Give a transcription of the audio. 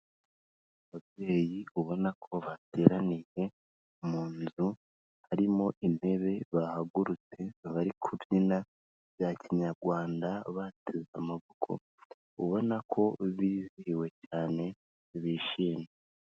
Ababyeyi ubona ko bateraniye mu nzu, harimo intebe, bahagurutse bari kubyina bya Kinyarwanda bateze amaboko, ubona ko bizihiwe cyane bishimye.